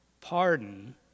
pardon